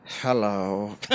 Hello